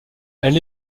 elle